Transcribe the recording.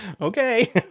Okay